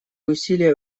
усилия